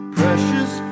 precious